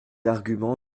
argument